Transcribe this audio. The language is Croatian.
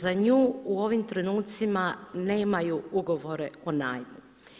Za nju u ovim trenucima nemaju ugovore o najmu.